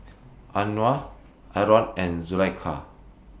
Anuar Aaron and Zulaikha